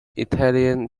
italian